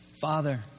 Father